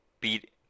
beat